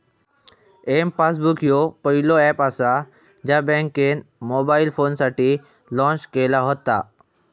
M passbook ह्यो पहिलो app असा ज्या बँकेन मोबाईल फोनसाठी लॉन्च केला व्हता